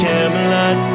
Camelot